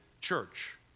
church